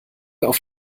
auf